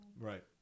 Right